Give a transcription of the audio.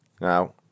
Now